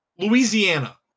Louisiana